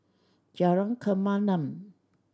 Jalan Kemaman